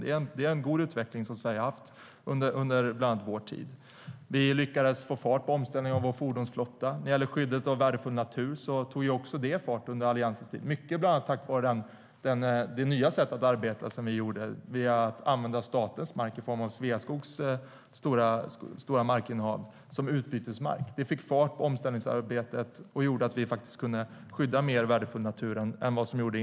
Det är en god utveckling Sverige har haft under bland annat vår tid. Vi lyckades få fart på omställningen av vår fordonsflotta, och även skyddet av värdefull natur tog fart under Alliansens tid. Det tog fart bland annat tack vare det nya sätt att arbeta vi införde, nämligen att använda statens mark - i form av Sveaskogs markinnehav - som utbytesmark. Det fick fart på omställningsarbetet och gjorde att vi kunde skydda mer värdefull natur än tidigare.